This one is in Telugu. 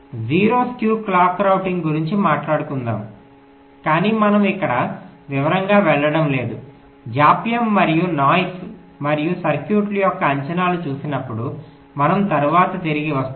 0 స్క్యూ క్లాక్ రౌటింగ్ గురించి మాట్లాడుకుందాం కాని మనం ఇక్కడ వివరంగా వెళ్ళడం లేదు జాప్యం మరియు శబ్దం మరియు సర్క్యూట్ల యొక్క అంచనాను చూసినప్పుడు మనం తరువాత తిరిగి వస్తాము